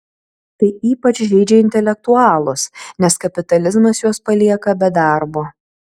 tai ypač žeidžia intelektualus nes kapitalizmas juos palieka be darbo